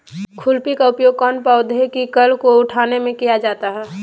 खुरपी का उपयोग कौन पौधे की कर को उठाने में किया जाता है?